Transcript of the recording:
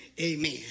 Amen